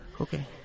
Okay